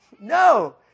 No